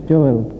Joel